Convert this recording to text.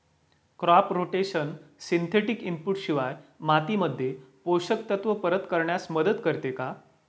Crop rotation synthetic input शिवाय मातीमध्ये पोषक तत्त्व परत करण्यास मदत करते का?